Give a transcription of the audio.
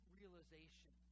realization